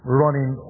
running